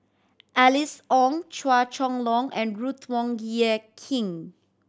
Alice Ong Chua Chong Long and Ruth Wong Hie King